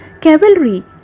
cavalry